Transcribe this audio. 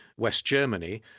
west germany,